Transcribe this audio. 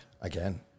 Again